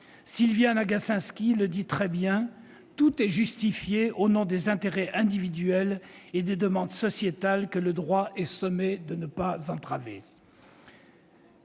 Sylviane Agacinski le dit très bien : tout est justifié au nom des intérêts individuels et des demandes sociétales, que le droit est sommé de ne pas entraver.